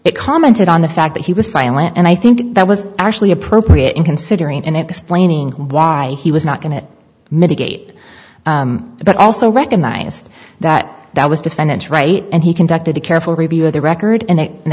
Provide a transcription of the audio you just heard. it commented on the fact that he was silent and i think that was actually appropriate in considering and explaining why he was not going to mitigate but also recognized that that was defendant's right and he conducted a careful review of the record and an